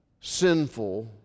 sinful